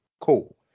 Cool